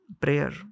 prayer